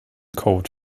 code